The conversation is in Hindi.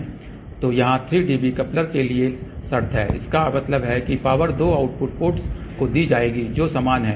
तो यहां 3 dB कपलर के लिए शर्त है कि इसका मतलब है कि पावर दो आउटपुट पोर्ट्स को दी जाएगी जो समान हैं